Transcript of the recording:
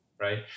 Right